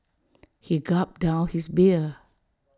he gulped down his beer